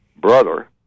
brother